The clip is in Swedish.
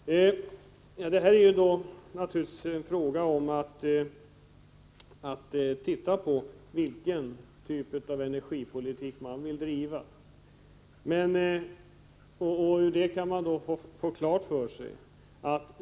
Det är naturligtvis fråga om vilken typ av energipolitik man vill driva.